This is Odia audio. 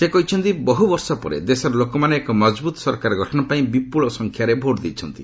ସେ କହିଛନ୍ତି ବହୁବର୍ଷ ପରେ ଦେଶର ଲୋକମାନେ ଏକ ମଜବୁତ ସରକାର ଗଠନ ପାଇଁ ବିପୁଳ ସଂଖ୍ୟାରେ ଭୋଟ୍ ଦେଇଛନ୍ତି